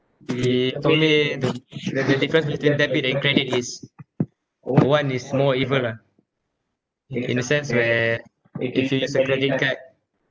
the for me the the difference between debit and credit is one is more evil ah in a sense where if you use a credit card